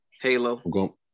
Halo